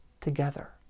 together